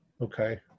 Okay